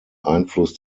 einfluss